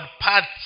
paths